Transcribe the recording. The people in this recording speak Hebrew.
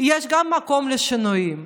יש גם מקום לשינויים.